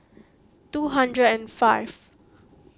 two hundred and five